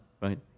right